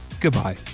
Goodbye